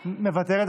מוותרת,